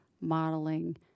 modeling